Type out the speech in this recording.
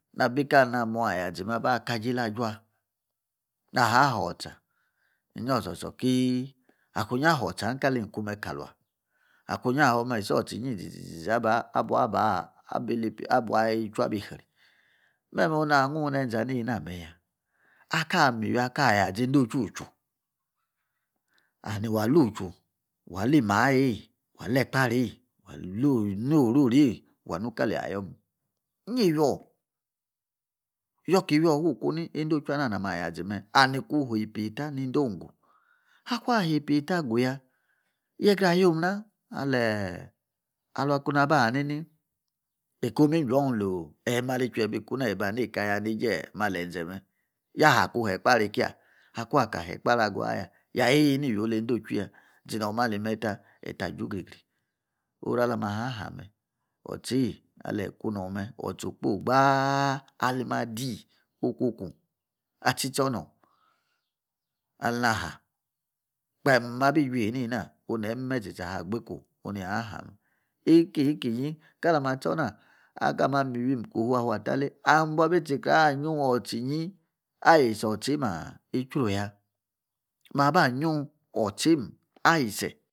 Na bi kaleini ama ya zi me aba ka jeila ajua. Na ha hoor otcha inyi ziza kei. Aku inyi ahotcha ika le ni kuu me kala. Akunyi isomu isi otcha inyi izizi ziza abua ba abilipi abua utchu abi dri meme onua ngung nenza nei name. Akaa mi iwi akaa ya nei nde otchui uchu ani wali uchu waa leimaa eiyi wa li ekpari yei. Waa non oro ri eiyi wa nu kaa leyi ayor me yii wor yoor ki wor fuku ni endotchui ana na mi ayaze me ani kun hei epa eta ni yeindon gwu. Akung a'hei epa eta agwuga ye gra ayom na, ahe alakuna aba haa nini eika omun juang lo'eiyi ma li tchui ebi kuna eyi ba neika ya ni iji ma li enze me ya ha kuna he ekpari kia. Aa kung aka he ekpari agwu ya ya yeiyi nonu iwi eindotchui ya. Zi nome ali me ta eta ju grigri oru ali ami a'chame otchei aleyi kunam me otcha okpoyi gbaa ali mmaadi okwoku atchi tchor nong aleini aha kpem abi huei nena onu neyi imeme tsi ysi agbi kun neyi aaha me. Akinyi kinyi kali ami achor na, akama mi win kofu ke afuatalei ahim ba bi tsicre anyung otsi inyi ayi se otcheim a? ichuru ya maba ayun otcheim ayise